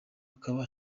akaba